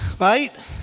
right